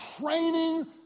training